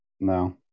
No